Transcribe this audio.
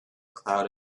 cloud